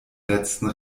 letzten